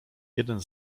jeden